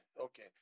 okay